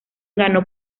ganó